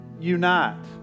unite